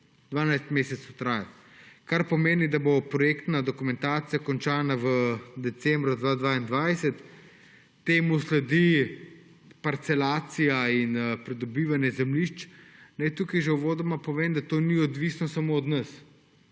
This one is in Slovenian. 12 mesecev traja, kar pomeni, da bo projektna dokumentacija končana v decembru 2022. Temu sledi parcelacija in pridobivanje zemljišč. Naj tukaj že uvodoma povem, da to ni odvisno samo od nas,